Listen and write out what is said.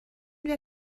wir